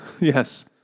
Yes